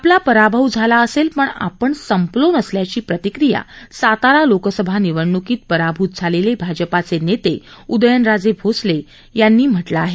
आपला पराभव झाला असेल पण आपण संपलो नसल्याची प्रतिक्रिया सातारा लोकसभा निवडण्कीत पराभूत झालेले भाजपचे नेते उदयनराजे भोसले यांनी दिली आहे